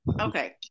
okay